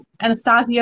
Anastasia